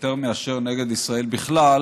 ויותר מאשר נגד ישראל בכלל,